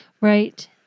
Right